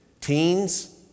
Teens